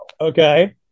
Okay